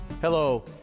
Hello